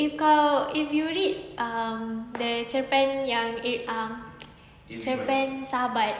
if kau if you read um the cerpen yang eh um cerpen sahabat